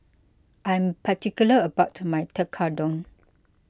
I am particular about my Tekkadon